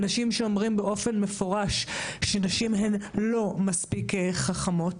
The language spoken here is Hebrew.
אנשים שאומרים באופן מפורש שנשים הן לא מספיק חכמות,